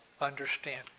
understand